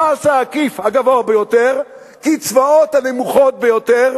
המס העקיף הגבוה ביותר, הקצבאות הנמוכות ביותר,